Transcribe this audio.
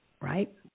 right